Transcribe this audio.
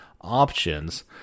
options